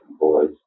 boys